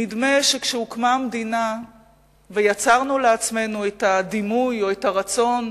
נדמה שכשהוקמה המדינה ויצרנו לעצמנו את הדימוי או את הרצון